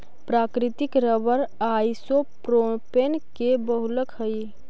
प्राकृतिक rubber isopropene के बहुलक हई